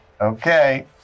Okay